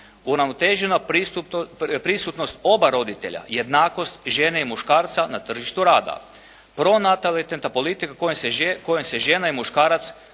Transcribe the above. uravnotežena prisutnost oba roditelja, jednakost žene i muškarca na tržištu rada.